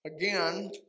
again